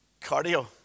cardio